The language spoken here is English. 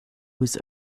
was